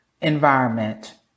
environment